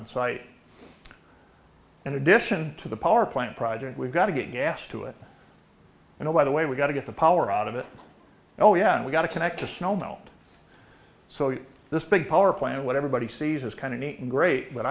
on site in addition to the power plant project we've got to get gas to it you know by the way we've got to get the power out of it oh yeah and we got to connect to snow melt so you this big power plant what everybody sees is kind of neat and great but